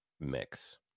mix